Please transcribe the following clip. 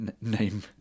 name